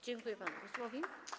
Dziękuję panu posłowi.